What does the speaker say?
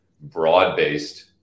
broad-based